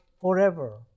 forever